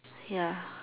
ya